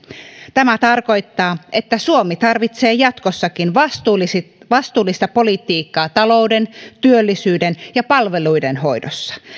tämä tarkoittaa että suomi tarvitsee jatkossakin vastuullista vastuullista politiikkaa talouden työllisyyden ja palveluiden hoidossa